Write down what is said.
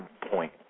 point